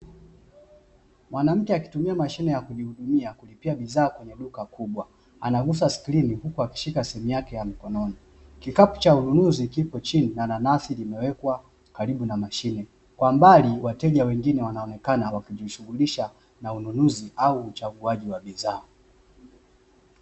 Mwanamke akitumia mashine kujihudumia kwenye duka kubwa akigusa skrini kikapu cha manunuzi kikiwa chini huku watu wengine wakiwa pembeni wakijishughuslisha na ununuzi wa bidhaa